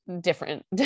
different